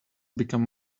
become